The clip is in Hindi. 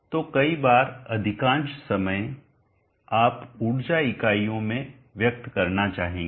तो कई बार अधिकांश समय आप ऊर्जा इकाइयों में व्यक्त करना चाहेंगे